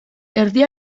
erdi